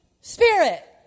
spirit